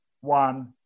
one